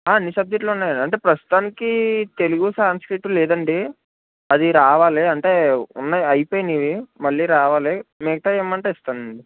అన్నీ సబ్జెక్టులు ఉన్నాయండి అంటే ప్రస్తుతానికి తెలుగు సాంస్క్రిట్ లేదండి అది రావాలి అంటే ఉన్నాయి అయిపోయినాయి మళ్ళీ రావాలి మిగతావి ఇమ్మంటే ఇస్తానండి